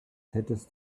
hättest